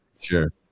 Sure